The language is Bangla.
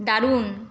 দারুন